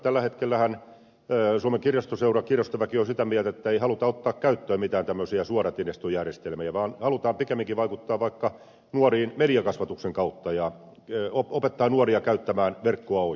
tällä hetkellähän suomen kirjastoseura kirjastoväki on sitä mieltä että ei haluta ottaa käyttöön mitään tämmöisiä suoratiedostojärjestelmiä vaan halutaan pikemminkin vaikuttaa nuoriin vaikka mediakasvatuksen kautta ja opettaa nuoria käyttämään verkkoa oikein